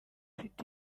ufite